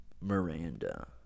Miranda